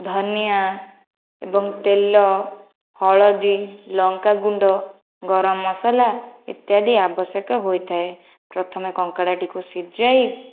ଧନିଆ ଏବଂ ତେଲ ହଳଦୀ ଲଙ୍କାଗୁଣ୍ଡ ଗରମ ମସଲା ଇତ୍ୟାଦି ଆବଶ୍ୟକ ହୋଇଥାଏ ପ୍ରଥମେ କଙ୍କଡ଼ାଟିକୁ ସିଜାଇ